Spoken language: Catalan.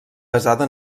basada